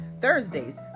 Thursdays